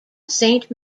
saint